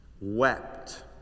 wept